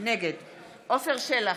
נגד עפר שלח,